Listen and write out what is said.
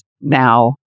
now